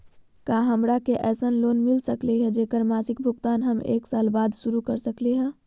का हमरा के ऐसन लोन मिलता सकली है, जेकर मासिक भुगतान हम एक साल बाद शुरू कर सकली हई?